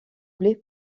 blé